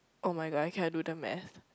oh my god I can't do the math